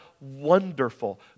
wonderful